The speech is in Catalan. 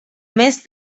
més